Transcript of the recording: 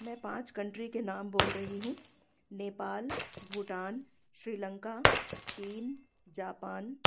मैं पाँच कंट्री के नाम बोल रही हूँ नेपाल भूटान श्रीलंका चीन जापान